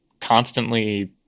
constantly